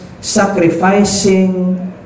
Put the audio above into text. sacrificing